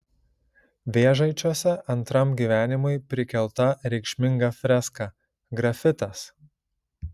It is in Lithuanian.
vėžaičiuose antram gyvenimui prikelta reikšminga freska grafitas